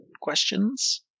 questions